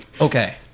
Okay